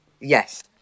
yes